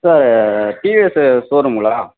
sir TVS ஷோரூம்ங்களா